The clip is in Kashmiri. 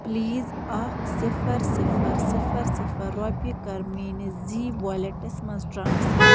پٕلیٖز اَکھ صِفَر صِفَر صِفَر صِفَر رۄپیہِ کر میٛٲنِس زی وایٚلٹس مَنٛز ٹرٛانسفر